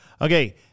Okay